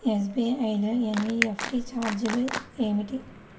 SBI లో NEFT ఛార్జీలు ఏమిటి?